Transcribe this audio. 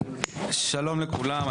שלום לכולם.